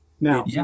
Now